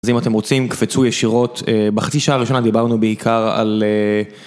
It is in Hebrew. אז אם אתם רוצים, קפצו ישירות, בחצי שעה הראשונה דיברנו בעיקר על...